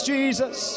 Jesus